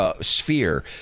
Sphere